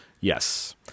Yes